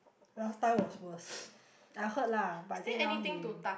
last time was worse I heard lah but I think now he